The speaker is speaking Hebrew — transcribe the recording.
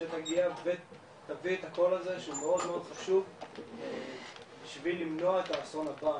שתביא את הקול הזה שהוא מאוד חשוב בשביל למנוע את האסון הבא,